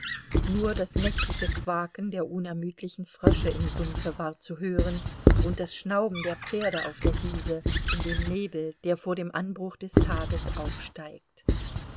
nur das nächtliche quaken der unermüdlichen frösche im sumpfe war zu hören und das schnauben der pferde auf der wiese in dem nebel der vor dem anbruch des tages aufsteigt